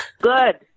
Good